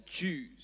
Jews